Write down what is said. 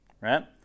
right